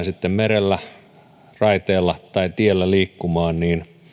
sitten merellä raiteilla tai tiellä liikkumaan